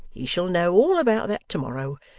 he shall know all about that to-morrow,